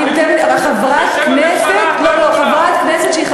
את לא יכולה להתנצל בשם הממשלה.